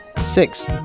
six